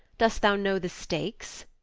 dost thou know the stakes?